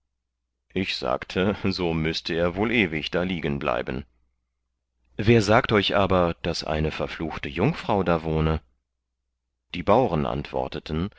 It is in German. ich sagte so müßte er wohl ewig da liegen bleiben wer sagt euch aber daß eine verfluchte jungfrau da wohne die bauren antworteten